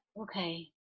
okay